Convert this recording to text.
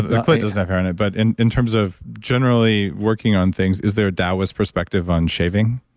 the clit doesn't have hair on it. but in in terms of generally working on things, is there a taoist perspective on shaving?